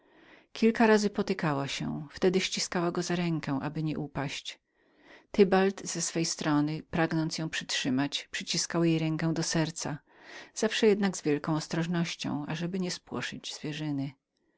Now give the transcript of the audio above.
kilka razy potykała się wtedy ściskała go za rękę aby nie upaść tybald z swojej strony pragnąc ją zatrzymać przyciskał jej rękę do serca zawsze jednak z wielką ostrożnością ażeby nie spłoszyć zwierzyny